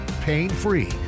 pain-free